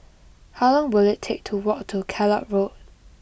how long will it take to walk to Kellock Road